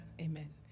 Amen